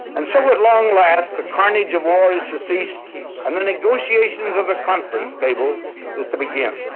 and so at long last the carnage of war is to cease and the negotiations of the conference table is to begin.